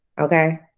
okay